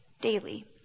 daily